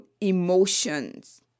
emotions